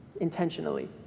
intentionally